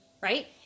right